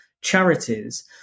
charities